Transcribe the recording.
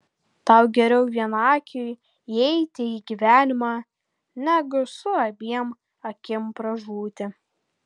tau geriau vienakiui įeiti į gyvenimą negu su abiem akim pražūti